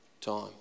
time